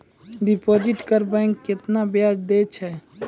Deposit पर bank केतना ब्याज दै छै?